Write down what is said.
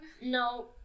No